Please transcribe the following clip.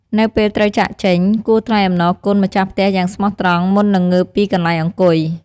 នៅពេលត្រូវចាកចេញ គួរថ្លែងអំណរគុណម្ចាស់ផ្ទះយ៉ាងស្មោះត្រង់ មុននឹងងើបពីកន្លែងអង្គុយ។